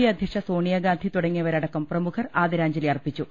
A അധ്യക്ഷ സോണിയാ ഗാന്ധി തുടങ്ങിയവരടക്കം പ്രമുഖർ ആദരാഞ്ജലി അർപ്പിച്ചു